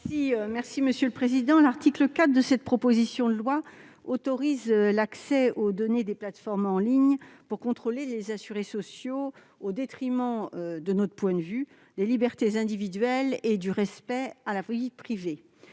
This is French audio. présenter l'amendement n° 11. L'article 4 de cette proposition de loi autorise l'accès aux données des plateformes en ligne pour contrôler les assurés sociaux au détriment, de notre point de vue, des libertés individuelles et du respect de la vie privée.